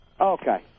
Okay